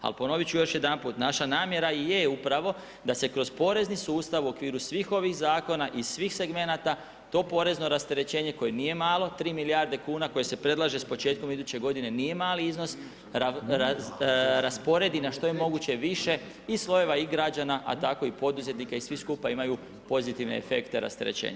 Ali ponoviti ću još jedanput naša namjera i je upravo da se kroz porezni sustav u okviru svih ovih zakona i svih segmenata to porezno rasterećenje koje nije malo, 3 milijarde kuna koje se predlaže s početkom iduće godine nije mali iznos, rasporedi na što je moguće više i slojeva i građana a tako i poduzetnika i svi skupa imaju pozitivne efekte rasterećenja.